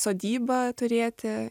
sodybą turėti